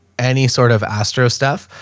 any sort of astro stuff.